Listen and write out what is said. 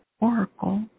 Oracle